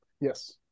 Yes